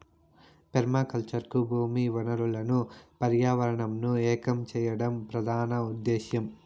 permaculture కు భూమి వనరులను పర్యావరణంను ఏకం చేయడం ప్రధాన ఉదేశ్యం